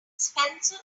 spencer